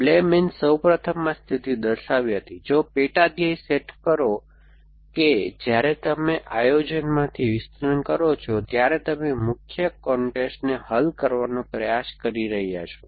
બ્લેમેને સૌપ્રથમ આ સ્થિતિ દર્શાવી હતી જો પેટા ધ્યેય સેટ કરો કે જ્યારે તમે આયોજનમાંથી વિસ્તરણ કરો છો ત્યારે તમે મુખ્ય કોન્સ્ટન્ટને હલ કરવાનો પ્રયાસ કરી રહ્યાં છો